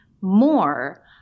more